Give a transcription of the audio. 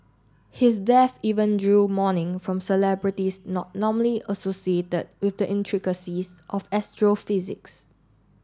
his death even drew mourning from celebrities not normally associated with the intricacies of astrophysics